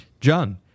John